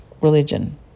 religion